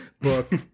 book